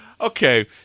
Okay